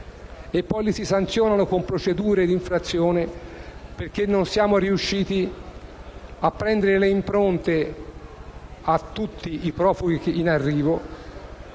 e poi le si sanzionano con procedure di infrazione, perché non siamo riusciti a prendere le impronte a tutti i profughi in arrivo